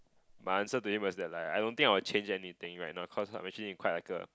my answer to him was that like I don't think I would change anything right now cause I'm actually in quite like a